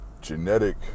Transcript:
genetic